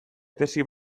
tesi